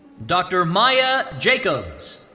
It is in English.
dr. maia jacobs.